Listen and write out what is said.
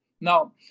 Now